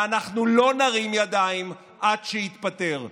ואנחנו לא נרים ידיים עד שיתפטר.